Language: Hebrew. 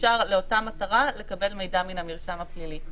אפשר לאותה מטרה לקבל מידע מן המרשם הפלילי.